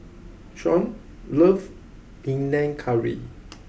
Shaun loves Panang Curry